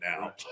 now